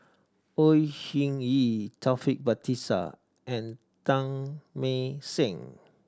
Au Hing Yee Taufik Batisah and Teng Mah Seng